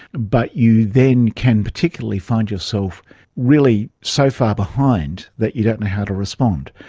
but you then can particularly find yourself really so far behind that you don't know how to respond.